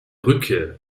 rückkehr